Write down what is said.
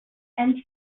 and